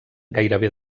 gairebé